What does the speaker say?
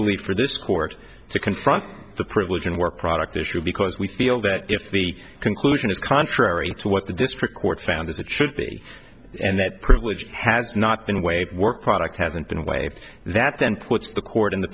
believe for this court to confront the privilege and work product issue because we feel that if the conclusion is contrary to what the district court found as it should be and that privilege has not been waived work product hasn't been waived that then puts the court in the